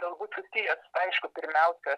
galbūt susijęs aišku pirmiausia